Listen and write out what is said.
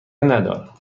ندارم